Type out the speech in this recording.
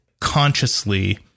consciously